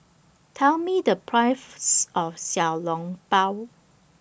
Tell Me The of Xiao Long Bao